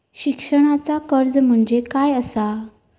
शिक्षणाचा कर्ज म्हणजे काय असा?